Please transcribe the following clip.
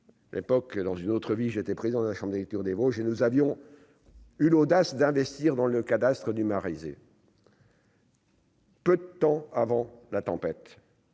L'époque dans une autre vie, j'étais président de la chambre des lectures, des Vosges, nous avions eu l'audace d'investir dans le cadastre du arriver. Peu de temps avant la tempête,